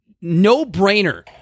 no-brainer